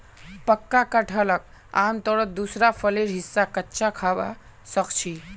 पक्का कटहलक आमतौरत दूसरा फलेर हिस्सा कच्चा खबा सख छि